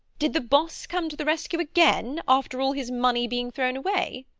did the boss come to the rescue again, after all his money being thrown away?